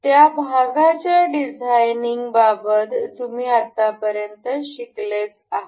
त्या भागाच्या डिझाईनिंग बाबत तुम्ही आत्तापर्यंत शिकले असेल